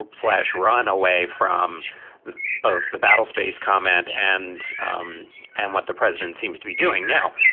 slash, run away from both the battlespace comment and um and what the president seems to be doing now.